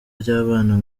ry’abana